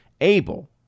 able